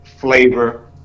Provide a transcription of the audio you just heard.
flavor